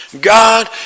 God